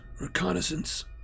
reconnaissance